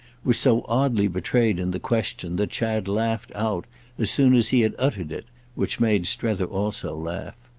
was so oddly betrayed in the question that chad laughed out as soon as he had uttered it which made strether also laugh.